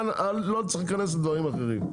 לא צריך להיכנס לדברים אחרים.